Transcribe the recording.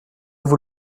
vous